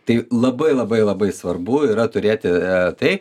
tai labai labai labai svarbu yra turėti tai